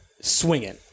swinging